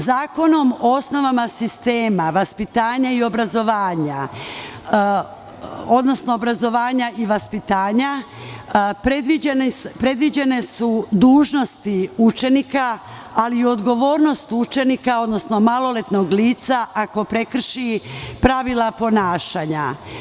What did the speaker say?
Zakonom o osnovama sistema obrazovanja i vaspitanja predviđene su dužnosti učenika, ali i odgovornost učenika, odnosno maloletnog lica ako prekrši pravila ponašanja.